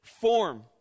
form